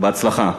בהצלחה.